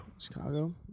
Chicago